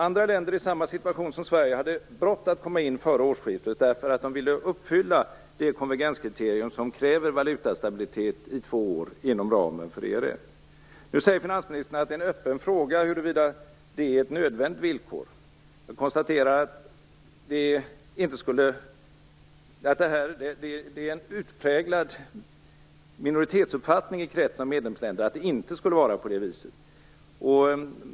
Andra länder i samma situation som Sverige hade bråttom att komma in före årsskiftet, därför att de ville uppfylla det konvergenskriterium som kräver valutastabilitet i två år inom ramen för Nu säger finansministern att det är en öppen fråga huruvida det är ett nödvändigt villkor. Jag konstaterar att det är en utpräglad minoritetsuppfattning i kretsen av medlemsländer att det inte skulle vara på det viset.